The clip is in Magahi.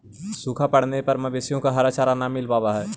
सूखा पड़ने पर मवेशियों को हरा चारा न मिल पावा हई